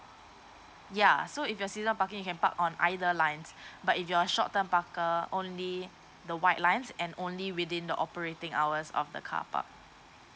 ya so if you are seasonal parking you can park on either lines but if you are short term park uh only the white lines and only within the operating hours of the carpark